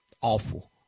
awful